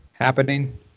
happening